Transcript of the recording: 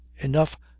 enough